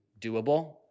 doable